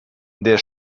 der